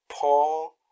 Paul